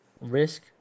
risk